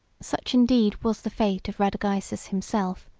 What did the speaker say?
such indeed was the fate of radagaisus himself,